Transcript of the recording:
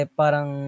parang